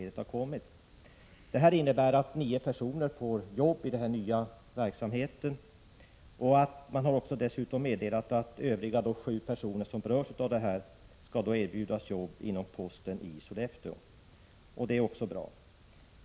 Detta innebär att nio personer får jobb i den nya verksamheten. Dessutom har meddelats att övriga sju personer som är berörda skall erbjudas jobb inom posten i Sollefteå, vilket också är bra.